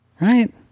Right